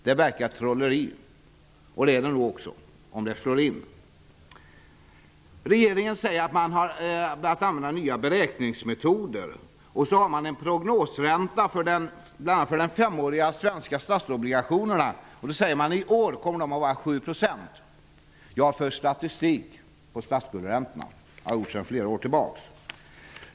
Det verkar trolleri, och det är det nog också, om det slår in. Regeringen säger att man börjat använda nya beräkningsmetoder. Man använder en prognosränta bl.a. för de femåriga svenska statsobligationerna på 7 % för i år. Jag för statistik på statsskuldräntorna sedan flera år tillbaka.